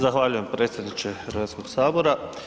Zahvaljujem predsjedniče Hrvatskoga sabora.